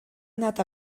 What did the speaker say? anat